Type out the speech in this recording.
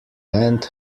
band